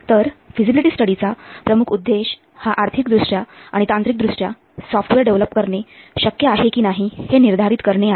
तर फिझिबिलिटी स्टडीचा प्रमुख उद्देश्य हा आर्थिकदृष्ट्या आणि तांत्रिक दृष्ट्या सॉफ्टवेअर डेव्हलप करणे शक्य आहे कि नाही हे निर्धारित करणे आहे